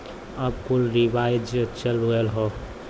अब कुल रीवाइव चल गयल हौ